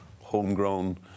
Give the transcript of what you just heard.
homegrown